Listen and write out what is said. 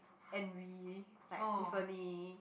envy like Tiffany